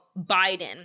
Biden